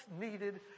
needed